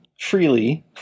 freely